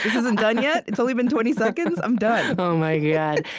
isn't done yet? it's only been twenty seconds? i'm done oh, my god,